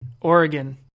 Oregon